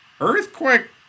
Earthquake